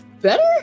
better